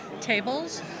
tables